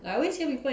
I always hear people